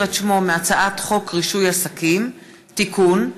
את שמו מהצעת חוק רישוי עסקים (תיקון,